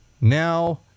now